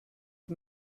die